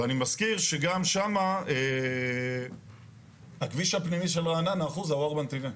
ואני מזכיר שגם שם הכביש הפנימי של רעננה יש לו ארבעה נתיבים.